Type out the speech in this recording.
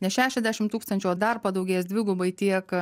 ne šešiasdešimt tūkstančių o dar padaugės dvigubai tiek